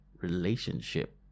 relationship